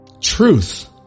truth